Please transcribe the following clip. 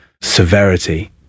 severity